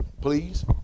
please